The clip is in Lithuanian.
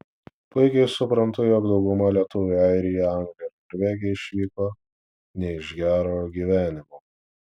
puikiai suprantu jog dauguma lietuvių į airiją angliją ar norvegiją išvyko ne iš gero gyvenimo